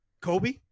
Kobe